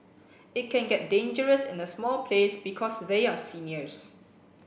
it can get dangerous in a small place because they are seniors